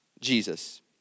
Jesus